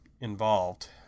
involved